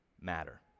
matter